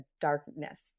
darkness